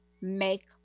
make